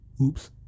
Oops